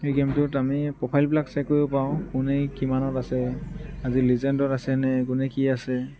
সেই গেমটোত আমি প্ৰফাইলবিলাক চেক কৰিব পাৰোঁ কোনে কিমানত আছে আজি লিজেণ্ডত আছেনে কোনে কি আছে